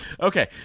Okay